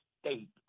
state